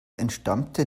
entstammte